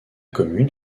commune